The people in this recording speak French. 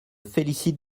félicite